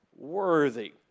Worthy